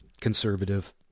conservative